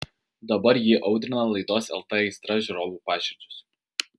dabar ji audrina laidos lt aistra žiūrovų paširdžius